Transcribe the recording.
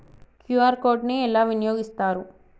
QR code ని ఎలా వినియోగిస్తారు?